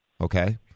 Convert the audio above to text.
Okay